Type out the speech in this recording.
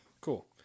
cool